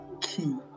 key